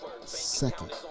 second